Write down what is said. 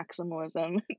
maximalism